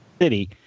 City